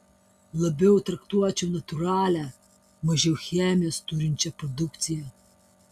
labiau traktuočiau natūralią mažiau chemijos turinčią produkciją